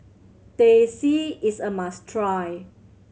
Teh C is a must try